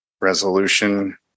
resolution